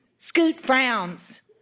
scoot frowns.